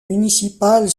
municipale